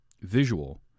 visual